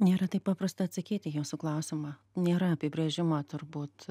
nėra taip paprasta atsakyti į jūsų klausimą nėra apibrėžimo turbūt